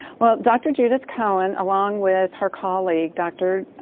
well, dr. judith cohen along with her colleague, dr.